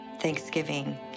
Thanksgiving